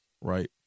Right